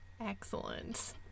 Excellent